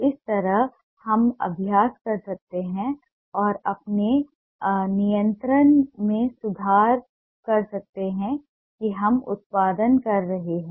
इस तरह हम अभ्यास कर सकते हैं और अपने नियंत्रण में सुधार कर सकते हैं कि हम उत्पादन कर रहे हैं